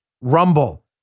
Rumble